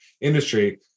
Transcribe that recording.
industry